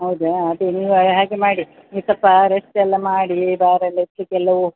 ಹೌದಾ ಅದೆ ನೀವು ಹಾಗೆ ಮಾಡಿ ನೀವು ಸ್ವಲ್ಪ ರೆಸ್ಟೆಲ್ಲ ಮಾಡಿ ಭಾರೆಲ್ಲ ಎತ್ಲಿಕ್ಕೆಲ್ಲ ಹೋಗ್